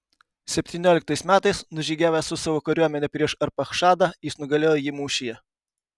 septynioliktais metais nužygiavęs su savo kariuomene prieš arpachšadą jis nugalėjo jį mūšyje